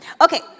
okay